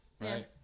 right